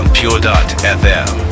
Pure.fm